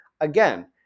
again